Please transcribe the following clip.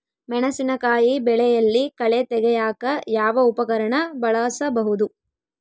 ಮೆಣಸಿನಕಾಯಿ ಬೆಳೆಯಲ್ಲಿ ಕಳೆ ತೆಗಿಯಾಕ ಯಾವ ಉಪಕರಣ ಬಳಸಬಹುದು?